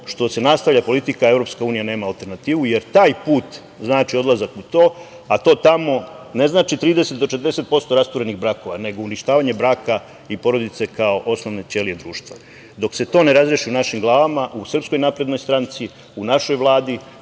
što se nastavlja politika EU nema alternativu, jer taj put znači odlazak u to, a to tamo ne znači 30-40% rasturenih brakova, nego uništavanje braka i porodice kao osnovne ćelije društva. Dok se to ne razreši u našim glavama, u SNS, u našoj Vladi